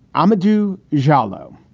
ahmadu jallow,